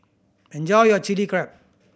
enjoy your Chili Crab